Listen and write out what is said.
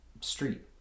street